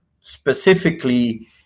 specifically